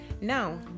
Now